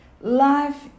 life